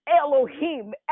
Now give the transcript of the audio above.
Elohim